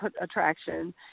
attraction